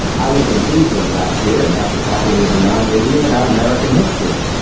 i was in cleveland last year and got to talking with a non-indian about american history.